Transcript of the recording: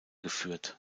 geführt